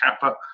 Kappa